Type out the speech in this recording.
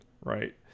right